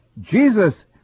Jesus